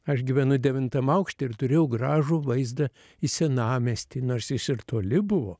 aš gyvenu devintam aukšte ir turėjau gražų vaizdą į senamiestį nors jis ir toli buvo